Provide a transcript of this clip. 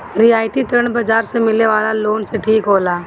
रियायती ऋण बाजार से मिले वाला लोन से ठीक होला